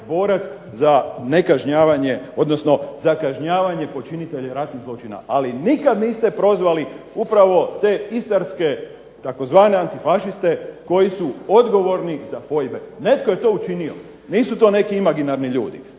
za nekažnjavanje odnosno za kažnjavanje počinitelja ratnih zločina. Ali nikada niste prozvali upravo te Istarske tzv. antifašiste koji su odgovorni za dvojbe. Netko je to učinio, nisu to neki imaginarni ljudi.